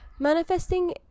Manifesting